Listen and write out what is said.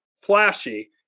flashy